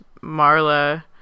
Marla